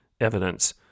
evidence